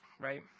right